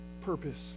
purpose